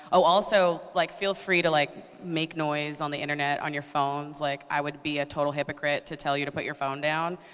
ah also, like feel free to like make noise on the internet, on your phones. like i would be a totally hypocrite to tell you to put your phone down.